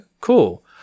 cool